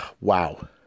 Wow